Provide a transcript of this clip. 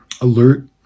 alert